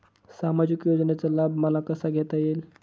सामाजिक योजनेचा लाभ मला कसा घेता येईल?